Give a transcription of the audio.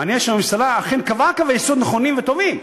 מעניין שהממשלה אכן קבעה קווי יסוד נכונים וטובים.